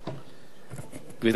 גברתי היושבת-ראש, רבותי חברי הכנסת,